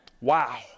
Wow